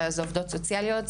זה עובדות סוציאליות,